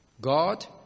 God